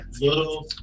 little